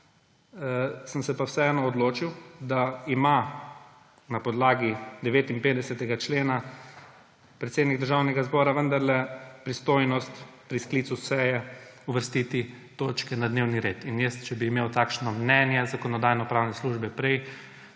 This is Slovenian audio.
sem se pa vseeno odločil, da ima na podlagi 59. člena predsednik Državnega zbora vendarle pristojnost pri sklicu seje uvrstiti točke na dnevni red. Jaz, če bi imel takšno mnenje Zakonodajno-pravne službe prej,